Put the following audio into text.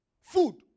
Food